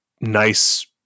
nice